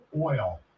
Oil